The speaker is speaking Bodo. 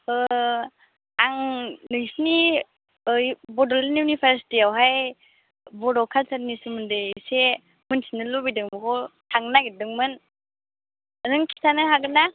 आं नोंसिनि ओइ बड'लेण्ड इउनिभारसिटियावहाय बर' कालचारनि सोमोन्दै एसे मिन्थिनो लुबैदों बेखौ थांनो नागिरदोंमोन नों खिथानो हागोन ना